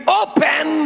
open